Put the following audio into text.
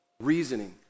reasoning